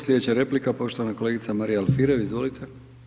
Slijedeća replika poštovana kolegica Marija Alfirev, izvolite.